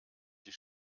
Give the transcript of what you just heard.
die